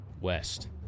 West